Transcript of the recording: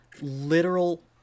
literal